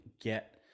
get